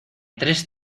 tres